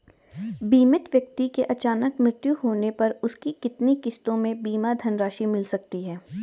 बीमित व्यक्ति के अचानक मृत्यु होने पर उसकी कितनी किश्तों में बीमा धनराशि मिल सकती है?